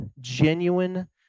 genuine